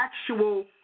actual